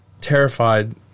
terrified